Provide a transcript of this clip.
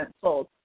sold